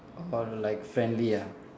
or like friendly ah